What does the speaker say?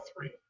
three